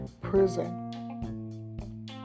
prison